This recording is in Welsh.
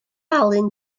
alun